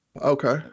Okay